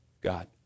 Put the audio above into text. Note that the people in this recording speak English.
God